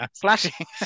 Flashing